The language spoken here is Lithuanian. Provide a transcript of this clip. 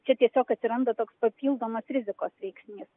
čia tiesiog atsiranda toks papildomas rizikos veiksnys